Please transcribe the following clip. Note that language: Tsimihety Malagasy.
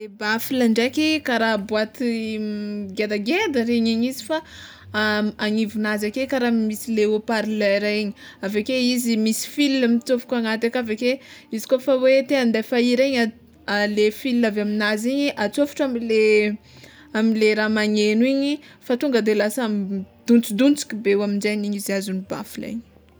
Baffle ndraiky kara boaty ngedangeda regny igny izy fa agnivonazy ake kara le haut parleur igny aveke izy misy fil mitsôfoko agnaty aka aveke izy kôfa hoe te handefa hira igny a- le fil avy aminazy igny atsôfotro amle amle raha magnegno igny fa tonga de lasa midontsidontsiky be eo aminjay igny izy azon'ny baffle igny.